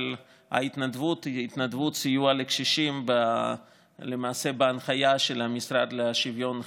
אבל ההתנדבות היא התנדבות סיוע לקשישים בהנחיה של המשרד לשוויון חברתי.